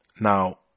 now